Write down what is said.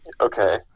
Okay